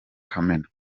kamena